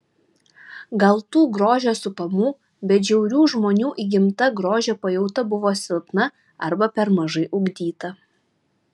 gal tų grožio supamų bet žiaurių žmonių įgimta grožio pajauta buvo silpna arba per mažai ugdyta